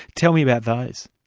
tell me about those.